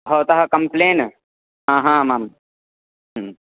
भवतः कम्प्लेन् आ आमाम्